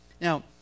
Now